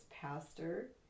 pastor